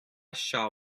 shall